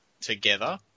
together